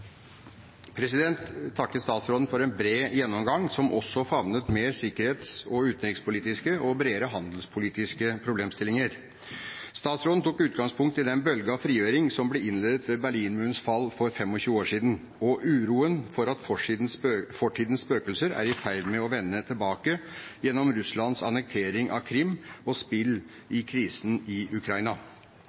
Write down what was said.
vedtatt. Jeg vil takke statsråden for en bred gjennomgang, som også favnet mer sikkerhetspolitiske, utenrikspolitiske og bredere handelspolitiske problemstillinger. Statsråden tok utgangspunkt i den bølge av frigjøring som ble innledet ved Berlinmurens fall for 25 år siden, og uroen for at fortidens spøkelser er i ferd med å vende tilbake gjennom Russlands annektering av Krim og spill i krisen i Ukraina.